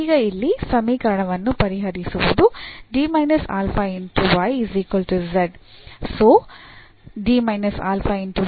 ಈಗ ಇಲ್ಲಿ ಸಮೀಕರಣವನ್ನು ಪರಿಹರಿಸುವುದು so